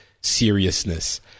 seriousness